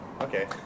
okay